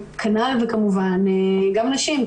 כנ"ל כמובן גם נשים.